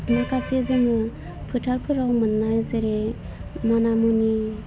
माखासे जोङो फोथारफोराव मोन्नाय जेरै मोनामुनि